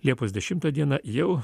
liepos dešimtą dieną jau